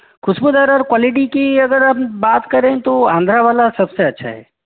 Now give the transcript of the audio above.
ख़ुशबूदार और क्वालिटी की अगर आप बात करें तो आंध्रा वाला सब से अच्छा है